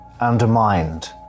undermined